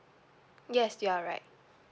yes you are right